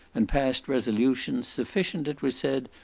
and passed resolutions, sufficient, it was said,